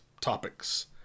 topics